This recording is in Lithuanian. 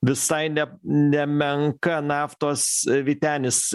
visai ne nemenka naftos vytenis